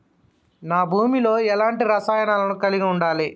నా భూమి లో ఎలాంటి రసాయనాలను కలిగి ఉండాలి?